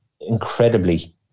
incredibly